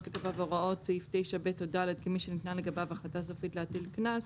לגביו הוראות סעיף 9(ב) עד (ד) כמי שניתנה לגביו החלטה סופית להטיל קנס",